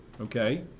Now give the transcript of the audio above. Okay